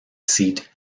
seat